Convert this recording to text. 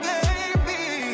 Baby